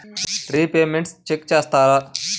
Repayments check చేస్తారా?